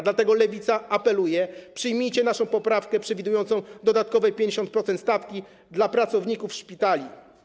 Dlatego Lewica apeluje: przyjmijcie naszą poprawkę przewidującą dodatkowe 50% stawki dla pracowników szpitali.